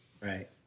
Right